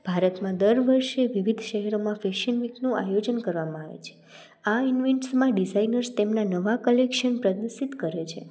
ભારતમાં દર વર્ષે વિવિધ શહેરોમાં ફેશન વીકનું આયોજન કરવામાં આવે છે આ ઈન્વેન્ટ્સમાં ડિઝાઇનર્સ તેમના નવા કલેક્શન પણ પ્રદર્શિત કરે છે